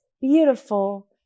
beautiful